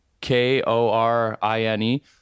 K-O-R-I-N-E